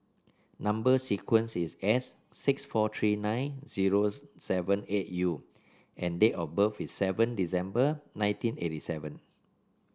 number sequence is S six four three nine zero seven eight U and date of birth is seven December nineteen eighty seven